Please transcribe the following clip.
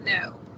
No